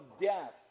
death